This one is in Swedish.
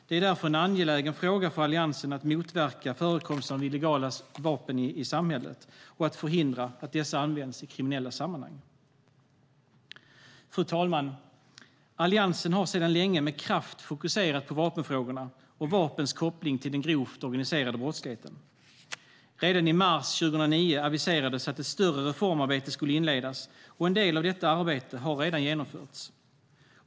Det är därför en angelägen fråga för Alliansen att motverka förekomsten av illegala vapen i samhället och förhindra att dessa används i kriminella sammanhang. Fru talman! Alliansen har sedan länge med kraft fokuserat på vapenfrågorna och vapens koppling till den grova organiserade brottsligheten. Redan i mars 2009 aviserades att ett större reformarbete skulle inledas, och en del av detta arbete har redan genomförts.